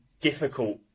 difficult